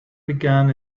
began